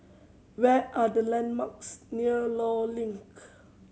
what are the landmark near Law Link